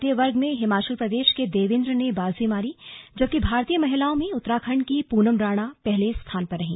भारतीय वर्ग में हिमाचल प्रदेश के देवेंद्र ने बाजी मारी जबकि भारतीय महिलाओं में उत्तराखंड की पूनम राणा पहले स्थान पर रहीं